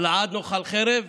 הלעד נאכל חרב?